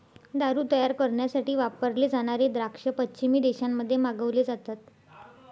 दारू तयार करण्यासाठी वापरले जाणारे द्राक्ष पश्चिमी देशांमध्ये मागवले जातात